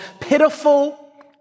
pitiful